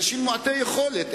אנשים מעוטי יכולת,